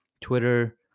Twitter